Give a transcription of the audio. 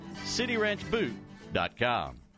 cityranchboot.com